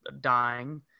dying